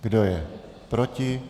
Kdo je proti?